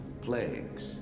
plagues